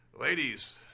ladies